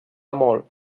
molt